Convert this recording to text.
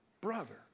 brother